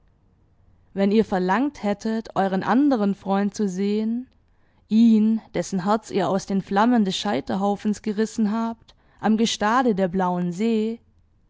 wenn ihr verlangt hättet euren anderen freund zu sehen ihn dessen herz ihr aus den flammen des scheiterhaufens gerissen habt am gestade der blauen see